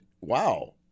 wow